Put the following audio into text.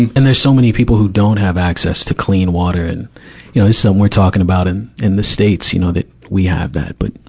and and there's so many people who don't have access to clean water and, you know, is somewhere talking about in, in the state you know that we have that. but,